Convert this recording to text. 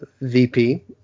vp